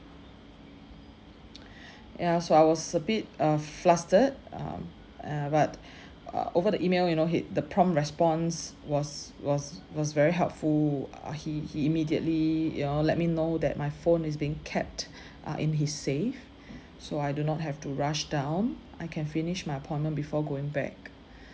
ya so I was a bit uh flustered um uh but uh over the email you know he the prompt response was was was very helpful uh he he immediately you let me know that my phone is being kept uh in his safe so I do not have to rush down I can finish my appointment before going back